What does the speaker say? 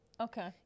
okay